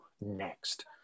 next